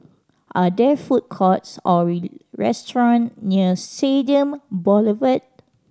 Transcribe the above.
are there food courts or restaurant near Stadium Boulevard